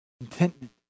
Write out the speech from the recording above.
contentment